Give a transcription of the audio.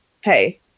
hey